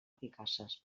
eficaces